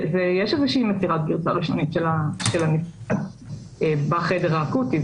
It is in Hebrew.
יש איזושהי מסירת גרסה ראשונית הנפגעת בחדר האקוטי.